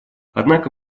однако